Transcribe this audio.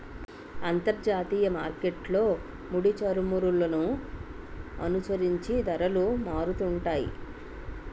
అంతర్జాతీయ మార్కెట్లో ముడిచమురులను అనుసరించి ధరలు మారుతుంటాయి